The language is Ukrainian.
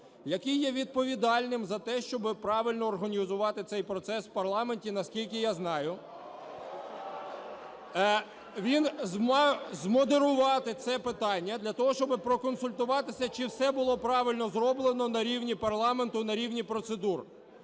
який є відповідальним за те, щоб правильно організувати цей процес в парламенті. Наскільки я знаю, він мав змодерувати це питання для того, щоб проконсультуватися, чи все правильно було зроблено на рівні парламенту, на рівні процедур.